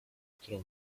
którą